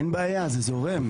אין בעיה, זה זורם.